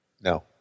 No